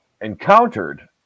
encountered